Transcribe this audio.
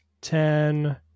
ten